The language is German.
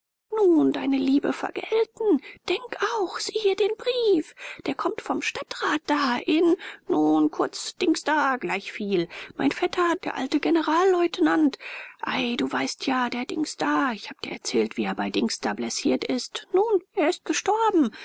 nun deine liebe vergelten denk auch sieh hier den brief der kommt vom stadtrat da in nun kurz dings da gleichviel mein vetter der alte generallieutenant ei du weißt ja der dings da ich habe dir erzählt wie er bei dings da blessiert ist nun er ist gestorben